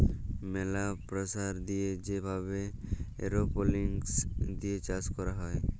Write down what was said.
ম্যালা প্রেসার দিয়ে যে ভাবে এরওপনিক্স দিয়ে চাষ ক্যরা হ্যয়